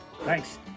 Thanks